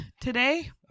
today